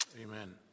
amen